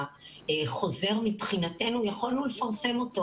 החוזר מבחינתנו יכולנו לפרסם אותו,